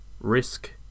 Risk